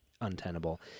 untenable